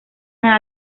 una